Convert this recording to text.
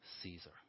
Caesar